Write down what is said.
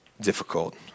difficult